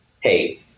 Hey